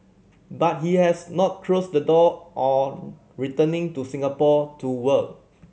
but he has not closed the door on returning to Singapore to work